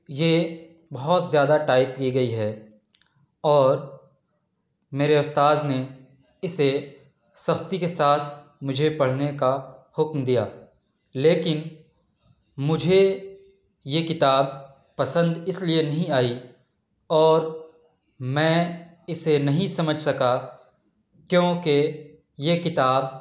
یہ بہت زیادہ ٹائپ کیے گئی ہے اور میرے استاذ نے اسے سختی کے ساتھ مجھے پڑھنے کا حکم دیا لیکن مجھے یہ کتاب پسند اس لیے نہیں آئی اور میں اسے نہیں سمجھ سکا کیونکہ یہ کتاب